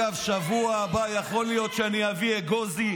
דרך אגב, בשבוע הבא יכול להיות שאני אביא אגוזי.